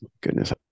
goodness